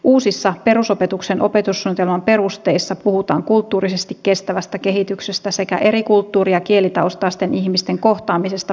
uusissa perusopetuksen opetussuunnitelman perusteissa puhutaan kulttuurisesti kestävästä kehityksestä sekä eri kulttuuri ja kielitaustaisten ihmisten kohtaamisesta perusopetuksessa